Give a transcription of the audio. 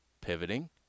pivoting